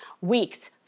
weeks